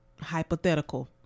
hypothetical